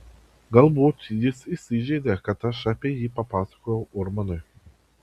galbūt jis įsižeidė kad aš apie jį papasakojau urmanui